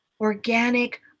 organic